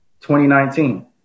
2019